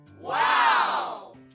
Wow